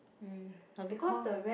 um have to call